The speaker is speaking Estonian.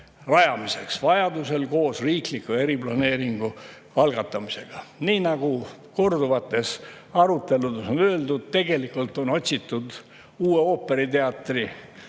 rajamiseks, vajaduse korral koos riikliku eriplaneeringu algatamisega. Nii nagu korduvates aruteludes on öeldud, tegelikult on otsitud uue ooperiteatri